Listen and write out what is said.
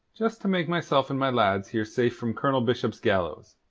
just to make myself and my lads here safe from colonel bishop's gallows.